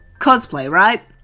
cosplay right?